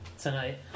Tonight